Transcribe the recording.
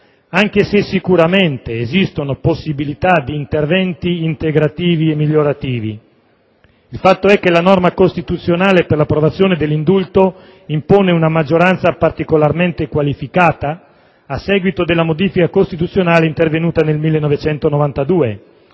anche se, sicuramente, esistono possibilità di interventi integrativi e migliorativi. Il fatto è che la norma costituzionale per l'approvazione dell'indulto impone una maggioranza particolarmente qualificata, a seguito della modifica costituzionale intervenuta nel 1992.